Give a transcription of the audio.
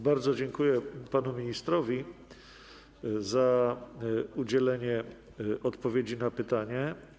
Bardzo dziękuję panu ministrowi za udzielenie odpowiedzi na pytanie.